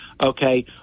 okay